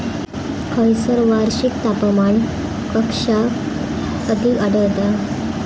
खैयसर वार्षिक तापमान कक्षा अधिक आढळता?